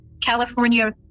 California